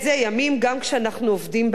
גם כי אנחנו עובדים בערבים.